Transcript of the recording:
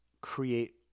create